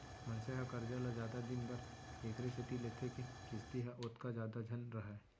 मनसे ह करजा ल जादा दिन बर एकरे सेती लेथे के किस्ती ह ओतका जादा झन रहय